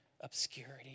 obscurity